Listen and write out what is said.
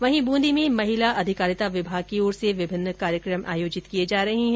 वहीं ब्रंदी में महिला अधिकारिता विभाग की ओर से विभिन्न कार्यक्रमों का आयोजन किया जा रहा है